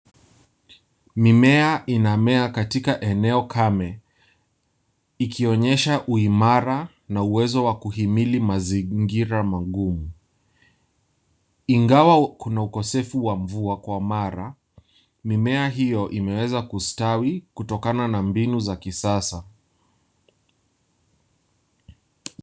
Mimea inamea katika eneo kame ikionyesha uimara na uwezo wa kuhimili mazingira magumu. Ingawa kuna ukosefu wa mvua kwa mara mimea hio imeweza kustawi kutokana na mbinu za kisasa.